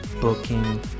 booking